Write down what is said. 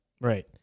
right